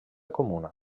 comuna